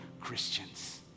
Christians